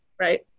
right